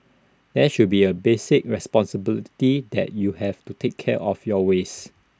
there should be A basic responsibility that you have to take care of your waste